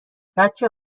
بچه